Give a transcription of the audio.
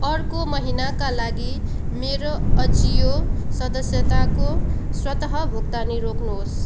अर्को महिनाका लागि मेरो अजियो सदस्यताको स्वतः भुक्तानी रोक्नुहोस्